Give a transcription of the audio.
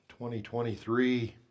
2023